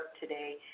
today